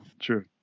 true